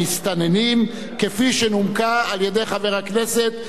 שנומקה על-ידי חבר הכנסת מיכאל בן-ארי.